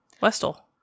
Westall